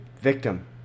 victim